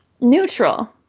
neutral